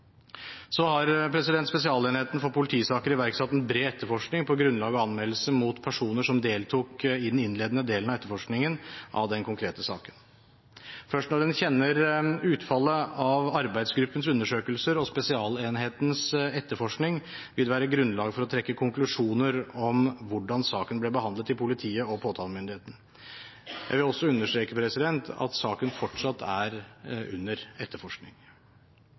Spesialenheten for politisaker har iverksatt en bred etterforskning på grunnlag av anmeldelse mot personer som deltok i den innledende delen av etterforskningen av den konkrete saken. Først når en kjenner utfallet av arbeidsgruppens undersøkelser og spesialenhetens etterforskning, vil det være grunnlag for å trekke konklusjoner om hvordan saken ble behandlet i politiet og av påtalemyndigheten. Jeg vil også understreke at saken fortsatt er under etterforskning.